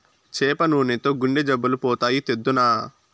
చేప నూనెతో గుండె జబ్బులు పోతాయి, తెద్దునా